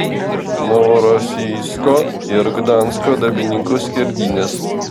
novorosijsko ir gdansko darbininkų skerdynės